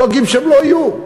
דואגים שהם לא יהיו.